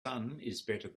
better